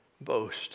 boast